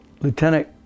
Lieutenant